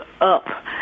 up